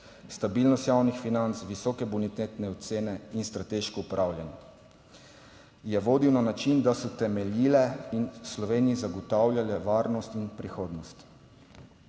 stabilnost javnih financ, visoke bonitetne ocene in strateško upravljanje, je vodil na način, da so temeljile in Sloveniji zagotavljale varnost in prihodnost.